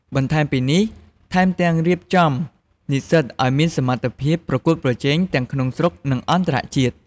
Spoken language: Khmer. បន្ថែមពីនេះ ថែមទាំងរៀបចំនិស្សិតឱ្យមានសមត្ថភាពប្រកួតប្រជែងទាំងក្នុងស្រុក និងអន្តរជាតិ។